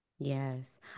Yes